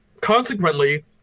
consequently